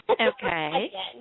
Okay